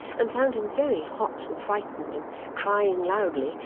and found him very hot and frightened and crying loudly,